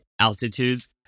altitudes